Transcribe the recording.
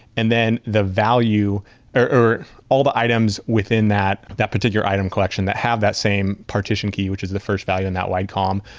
and then the value or all the items within that that particular item collection that have that same partition key, which is the first value in that wide column,